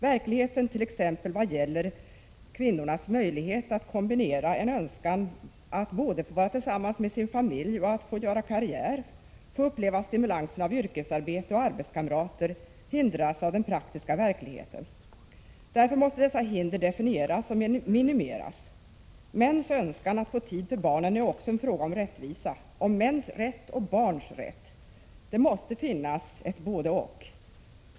Verkligheten, t.ex. i vad gäller kvinnornas möjligheter att kombinera en önskan att både få vara tillsammans med sin familj och att få göra karriär, få uppleva stimulans av yrkesarbete och arbetskamrater, hindras av den praktiska verkligheten. Därför måste dessa hinder definieras och minimeras. Mäns önskan att få tid för barnen är också en fråga om rättvisa, om mäns rätt och barns rätt. Det måste finnas ett Prot. 1986/87:31 både-och.